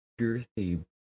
girthy